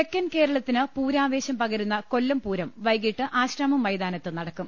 തെക്കൻ കേരളത്തിന് പൂരാ്വേശം പകരുന്ന കൊല്ലംപൂരം വൈകിട്ട് ആശ്രാമം മൈതാനത്ത് നടക്കും